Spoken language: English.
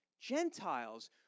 Gentiles